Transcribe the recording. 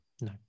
No